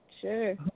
sure